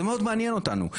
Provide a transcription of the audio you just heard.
זה מאוד מעניין אותנו.